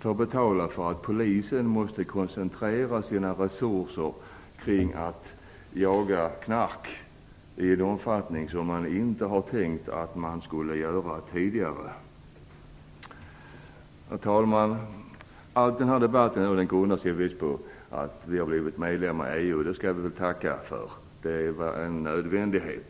får betala för att polisen måste koncentrera sina resurser på att jaga narkotika i en omfattning som man tidigare inte hade tänkt att man skulle göra? Herr talman! Allt i den här debatten grundar sig på att vi har blivit medlemmar i EU, och det skall vi väl tacka för. Det var en nödvändighet.